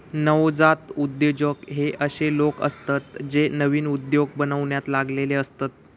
नवजात उद्योजक हे अशे लोक असतत जे नवीन उद्योग बनवण्यात लागलेले असतत